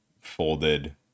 folded